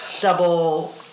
double